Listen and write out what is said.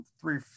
three